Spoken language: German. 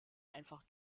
einfach